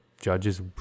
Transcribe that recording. judges